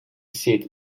seat